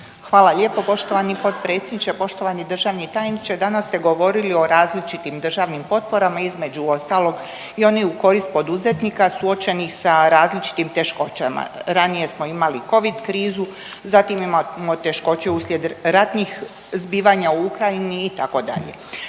Hvala lijepa poštovani potpredsjedniče, poštovani državni tajniče. Danas ste govorili o različitim državnim potporama, između ostalog i onih u korist poduzetnika suočeni sa različitim teškoćama. Ranije smo imali covid krizu, zatim imamo teškoće uslijed ratnih zbivanja u Ukrajini itd.